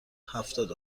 هفتاد